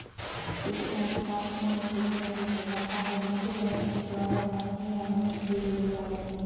सूक्ष्म अर्थशास्त्र उन स्थितियों को दर्शाता है जिनके तहत मुक्त बाजार वांछनीय आवंटन की ओर ले जाते हैं